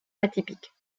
atypiques